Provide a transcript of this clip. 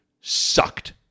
sucked